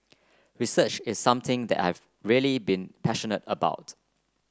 research is something that I have really been passionate about